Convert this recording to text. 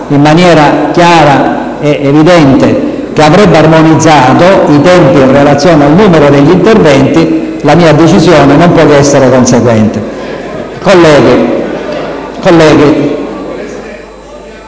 in maniera chiara ed evidente che avrebbe armonizzato i tempi in relazione al numero degli interventi, la mia decisione non può che essere conseguente*.(Commenti dai